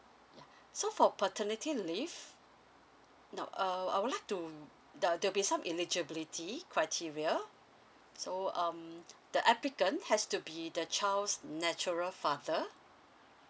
ya so for paternity leave no err I would like to the there'll be some eligibility criteria so um the applicant has to be the child's natural father